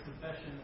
confession